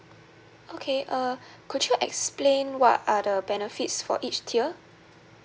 okay uh could you explain what are the benefits for each tier